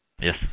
Yes